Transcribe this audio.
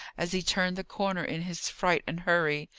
as he turned the corner in his fright and hurry.